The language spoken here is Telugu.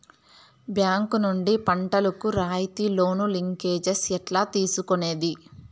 బ్యాంకు నుండి పంటలు కు రాయితీ లోను, లింకేజస్ ఎట్లా తీసుకొనేది?